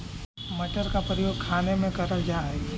मटर का प्रयोग खाने में करल जा हई